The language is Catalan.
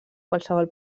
qualsevol